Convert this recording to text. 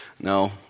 No